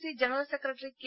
C general secretary K